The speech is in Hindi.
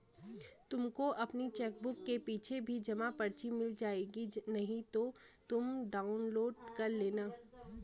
तुमको अपनी चेकबुक के पीछे भी जमा पर्ची मिल जाएगी नहीं तो तुम डाउनलोड कर लेना